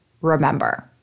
remember